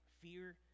Fear